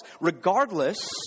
Regardless